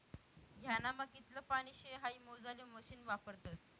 ह्यानामा कितलं पानी शे हाई मोजाले मशीन वापरतस